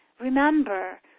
Remember